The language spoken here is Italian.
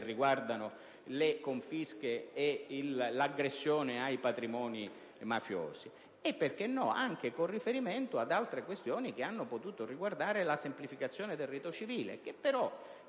riguardano le confische e l'aggressione ai patrimoni mafiosi e, perché no, anche con riferimento ad altre questioni che hanno riguardato l'abbreviazione del rito civile; resta però